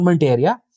area